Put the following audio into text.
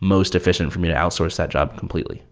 most efficient for me to outsource that job completely